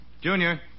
Junior